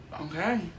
Okay